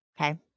Okay